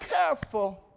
careful